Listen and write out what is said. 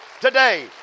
today